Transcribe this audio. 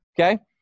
okay